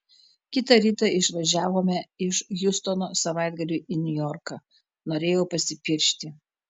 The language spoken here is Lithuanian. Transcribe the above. kitą rytą išvažiavome iš hjustono savaitgaliui į niujorką norėjau pasipiršti